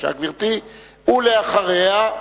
אחריה,